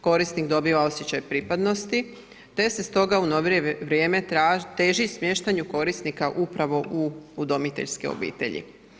Korisnik dobiva osjećaj pripadnosti te se stoga u novije vrijeme teži smještanju korisnika upravo u udomiteljske obitelji.